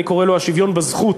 אני קורא לו השוויון בזכות